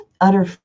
utter